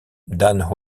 dan